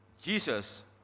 Jesus